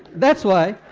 that's why